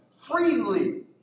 freely